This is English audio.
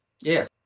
Yes